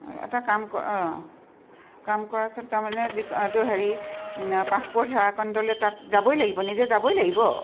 এটা কাম ক অঁ কাম কৰাচোন তাৰমানে যি এইটো হেৰি পাছপোৰ্ট সেৱাকেন্দ্ৰলৈ তাত যাবই লাগিব নিজে যাবই লাগিব